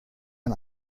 ein